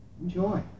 Enjoy